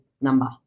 number